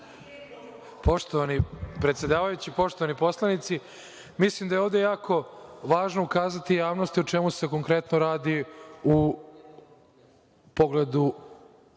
Poštovani predsedavajući, poštovani poslanici, mislim da je ovde jako važno ukazati javnosti o čemu se konkretno radi u pogledu